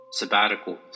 Sabbaticals